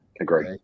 agree